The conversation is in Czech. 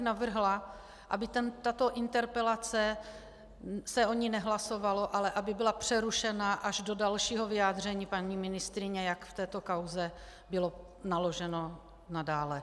Navrhla bych, aby se o této interpelaci nehlasovalo, ale aby byla přerušena až do dalšího vyjádření paní ministryně, jak v této kauze bylo naloženo nadále.